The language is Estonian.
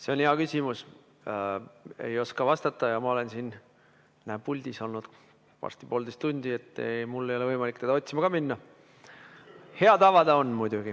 See on hea küsimus. Ei oska vastata. Ma olen siin puldis olnud varsti poolteist tundi, mul ei ole võimalik teda otsima ka minna. Hea tava see on muidugi,